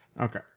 Okay